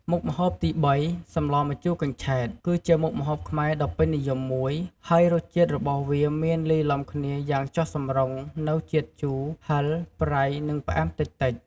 មុខម្ហូបទីបី សម្លម្ជូរកញ្ឆែត គឺជាមុខម្ហូបខ្មែរដ៏ពេញនិយមមួយ ហើយរសជាតិរបស់វាមានលាយឡំគ្នាយ៉ាងចុះសម្រុងនូវជាតិជូរ ហឹរ ប្រៃ និងផ្អែមតិចៗ។